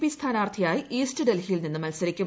P സ്ഥാനാർത്ഥിയായി east ഡൽഹിയിൽ നിന്ന് മത്സരിക്കും